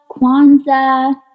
Kwanzaa